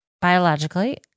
Biologically